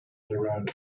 around